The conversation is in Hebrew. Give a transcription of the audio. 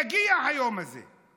יגיע היום הזה.